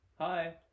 Hi